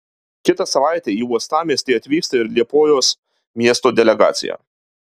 kitą savaitę į uostamiestį atvyksta ir liepojos miesto delegacija